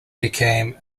became